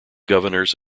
governors